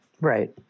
Right